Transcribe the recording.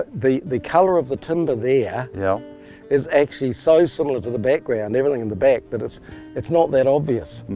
the the colour of the timber there yeah is actually so similar to the background and everything in the back that it's it's not that obvious.